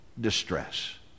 distress